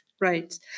Right